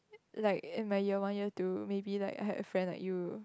like in my year one year two maybe like I had a friend like you